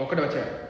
oh kau dah baca eh